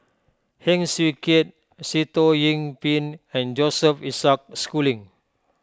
Heng Swee Keat Sitoh Yih Pin and Joseph Isaac Schooling